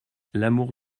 l’amour